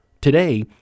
Today